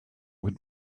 would